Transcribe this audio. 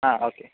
ആ ഓക്കെ